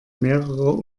mehrerer